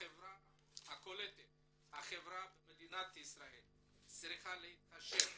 החברה הקולטת במדינת ישראל צריכה להתחשב